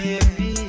Baby